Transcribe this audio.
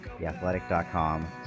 TheAthletic.com